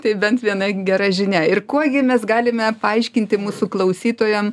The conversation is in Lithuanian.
tai bent viena gera žinia ir kuo gi mes galime paaiškinti mūsų klausytojam